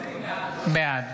בעד